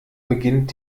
beginnt